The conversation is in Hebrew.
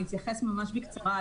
אני אתייחס ממש בקצרה.